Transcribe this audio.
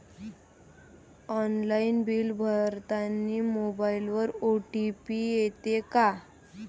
Online bill भरतानी मोबाईलवर OTP येते का?